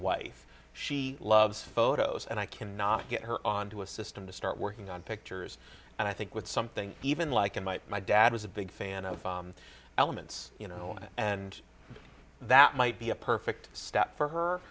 wife she loves photos and i cannot get her onto a system to start working on pictures and i think with something even like in my my dad was a big fan of elements you know and that might be a perfect step for